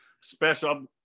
special